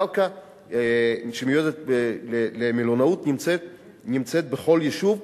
קרקע שמיועדת למלונאות נמצאת בכל יישוב,